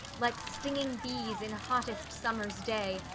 like stinging bees in hottest summer's day,